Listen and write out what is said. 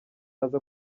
aza